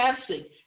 passing